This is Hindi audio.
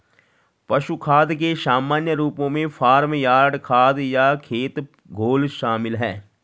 पशु खाद के सामान्य रूपों में फार्म यार्ड खाद या खेत घोल शामिल हैं